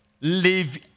Live